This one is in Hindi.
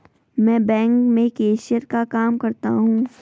मैं बैंक में कैशियर का काम करता हूं